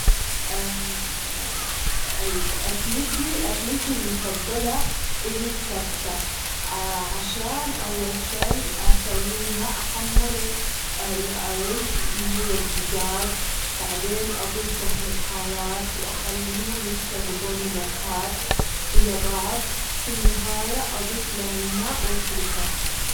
أكلتي- أكلتي المفضلة إهي الكبسة، عشان أول شي أسويها، أحمر الأرز ويا الدجاج، بعدين أضيف لها البهارات، واخليهم يتشربون النكهات ويا بعض، في النهاية أضيف لها الماء واتركها.